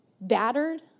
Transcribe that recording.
battered